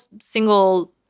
single